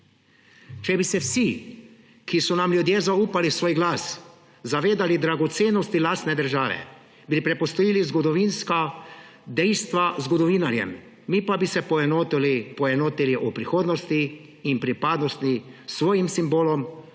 Če bi se vsi, katerim so ljudje zaupali svoj glas, zavedali dragocenosti lastne države, bi prepustili zgodovinska dejstva zgodovinarjem, mi pa bi se poenotili v prihodnosti in pripadnosti s svojimi simboli,